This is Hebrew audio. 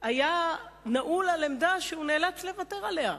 היה נעול על עמדה שהוא נאלץ לוותר עליה.